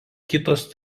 kitos